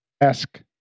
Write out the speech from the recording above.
esque